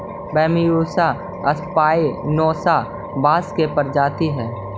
Bambusa स्पायनोसा बाँस के प्रजाति हइ